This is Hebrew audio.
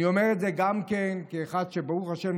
אני אומר את זה גם כאחד שברוך השם,